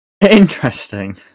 Interesting